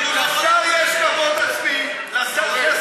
לשר יש כבוד עצמי, לא יכול להציג דבר כזה.